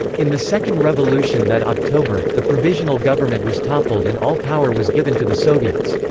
in the second revolution that october, the provisional government was toppled and all power was given to the soviets.